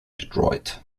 detroit